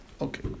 Okay